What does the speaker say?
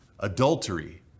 adultery